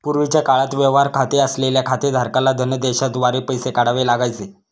पूर्वीच्या काळात व्यवहार खाते असलेल्या खातेधारकाला धनदेशाद्वारे पैसे काढावे लागायचे